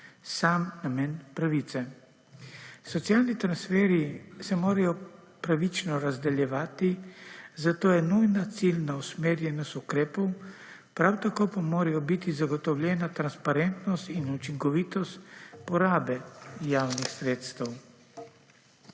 sam namen pravice. Socialni transferji se morajo pravično razdeljevati, zato je nujna cilja usmerjenost ukrepov prav tako pa morajo biti zagotovljena transparentnost in učinkovitost porabe javnih sredstev.